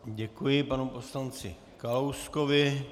Děkuji panu poslanci Kalouskovi.